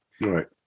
Right